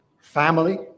family